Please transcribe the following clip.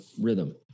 rhythm